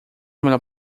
melhor